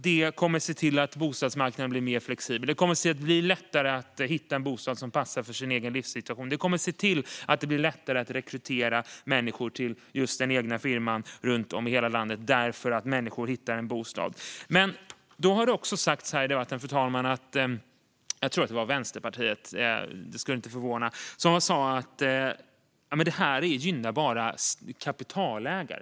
Det kommer att se till att bostadsmarknaden blir mer flexibel, att det blir lättare att hitta en bostad som passar för ens egen livssituation och att det blir lättare att rekrytera människor till den egna firman runt om i hela landet eftersom de hittar bostad. Höjt tak för uppskov med kapitalvinst vid avyttring av privat-bostad Fru talman! Det har sagts här i debatten - jag tror att det var av Vänsterpartiet; det skulle inte förvåna - att det här bara gynnar kapitalägare och kapitalister.